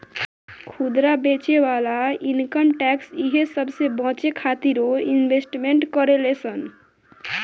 खुदरा बेचे वाला इनकम टैक्स इहे सबसे बचे खातिरो इन्वेस्टमेंट करेले सन